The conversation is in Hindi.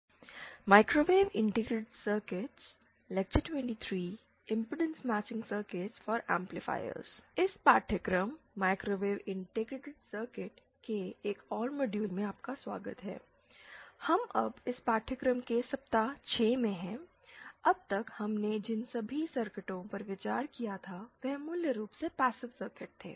इस पाठ्यक्रम माइक्रोवेव इंटीग्रेटेड सर्किट के एक और मॉड्यूल में आपका स्वागत है हम अब इस पाठ्यक्रम के सप्ताह 6 में हैं अब तक हमने जिन सभी सर्किटों पर विचार किया था वे मूल रूप से पासिव सर्किट थे